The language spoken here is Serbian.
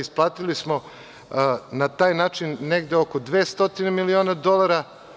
Isplatili smo, na taj način, negde oko 200 miliona dolara.